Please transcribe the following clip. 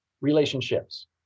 relationships